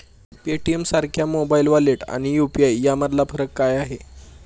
पेटीएमसारख्या mobile wallet आणि UPI यामधला फरक काय आहे?